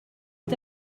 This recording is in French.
est